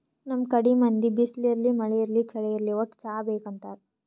ನಮ್ ಕಡಿ ಮಂದಿ ಬಿಸ್ಲ್ ಇರ್ಲಿ ಮಳಿ ಇರ್ಲಿ ಚಳಿ ಇರ್ಲಿ ವಟ್ಟ್ ಚಾ ಬೇಕ್ ಅಂತಾರ್